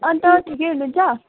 अन्त ठिकै हुनुहुन्छ